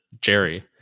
Jerry